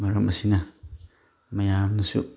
ꯃꯔꯝ ꯑꯁꯤꯅ ꯃꯌꯥꯝꯅꯁꯨ